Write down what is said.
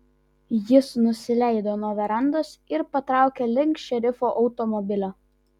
jis nusileido nuo verandos ir patraukė link šerifo automobilio